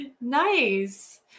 Nice